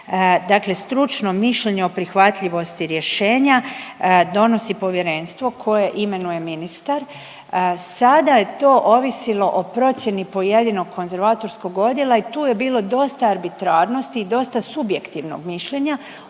dakle stručno mišljenje o prihvatljivosti rješenja, donosi povjerenstvo koje imenuje ministar, sada je to ovisilo o procjeni pojedinog konzervatorskog odjela i tu je bilo dosta arbitrarnosti i dosta subjektivnog mišljenja.